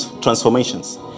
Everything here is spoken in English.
transformations